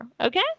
okay